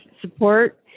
support